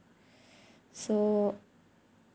so